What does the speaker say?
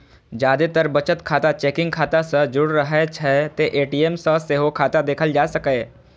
जादेतर बचत खाता चेकिंग खाता सं जुड़ रहै छै, तें ए.टी.एम सं सेहो खाता देखल जा सकैए